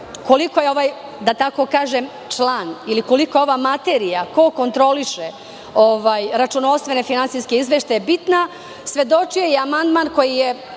koliko je ovaj, da tako kažem, član ili koliko je ova materija, ko kontroliše računovodstvene finansijske izveštaje, bitna, svedočio je i amandman koji je